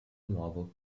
nuovo